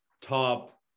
top